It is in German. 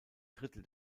drittel